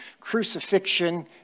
crucifixion